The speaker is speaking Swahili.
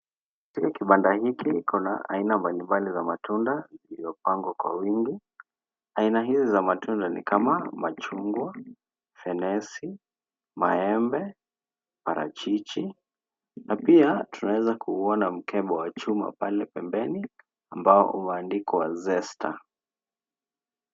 Kibanda hiki iko na aina mbali mbali za matunda, yaliyopangwa kwa wingi aina hizi za matunda ni kama machungwa, fenesi, maembe, parachichi, na pia tunaeza kuuona mkebe wa chuma pale pembeni ambao umeandikwa zesta .